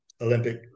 Olympic